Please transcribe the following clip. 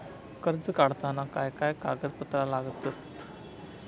कर्ज काढताना काय काय कागदपत्रा लागतत?